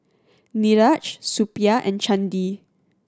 Niraj Suppiah and Chandi